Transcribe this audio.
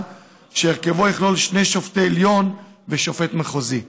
שהרכבו יכלול שני שופטי עליון ושופט מחוזי.